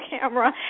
camera